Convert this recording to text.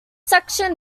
section